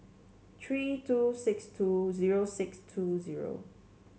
three two six two zero six two zero